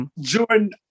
Jordan